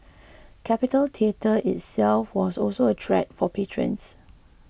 Capitol Theatre itself was also a treat for patrons